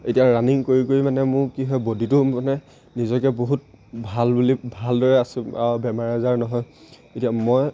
এতিয়া ৰানিং কৰি কৰি মানে মোৰ কি হ'ল বডিটো মানে নিজকে বহুত ভাল বুলি ভালদৰে আছোঁ আৰু বেমাৰ আজাৰ নহয় এতিয়া মই